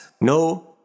No